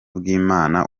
bw’imana